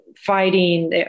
fighting